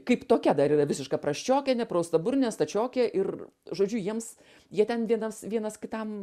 kaip tokia dar yra visiška prasčiokė nepraustaburnė stačiokė ir žodžiu jiems jie ten vienas vienas kitam